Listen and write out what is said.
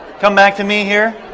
come back to me here.